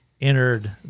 entered